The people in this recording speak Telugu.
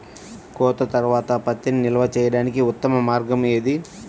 కోత తర్వాత పత్తిని నిల్వ చేయడానికి ఉత్తమ మార్గం ఏది?